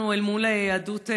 אנחנו אל מול יהדות העולם,